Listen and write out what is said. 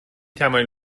توانید